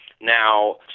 Now